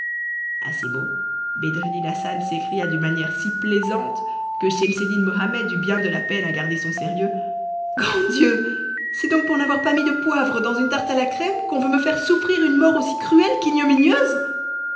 à ces mots bedreddin hassan s'écria d'une manière si plaisante que schemseddin mohammed eut bien de la peine à garder son sérieux grand dieu c'est donc pour n'avoir pas mis de poivre dans une tarte à la crème qu'on veut me faire souffrir une mort aussi cruelle